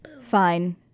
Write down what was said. Fine